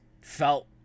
felt